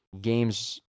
games